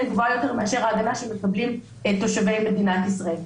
גבוהה יותר מאשר ההגנה שמקבלים תושבי מדינת ישראל.